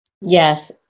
Yes